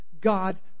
God